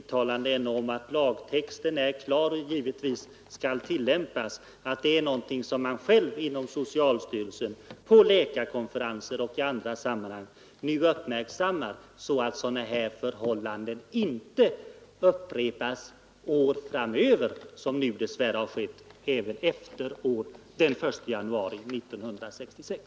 tre gånger, om att lagtexten är klar och givetvis skall tillämpas, så att socialstyrelsen förordnar läkaren. Vi får hoppas att socialstyrelsen på läkarkonferenser och i andra sammanhang nu uppmärksammar riskerna för felaktigheter, så att dessa förhållanden inte får fortsätta opåtalade år efter år som nu dess värre skett, med felaktig undersökning utförd även åratal efter den 1 januari 1966.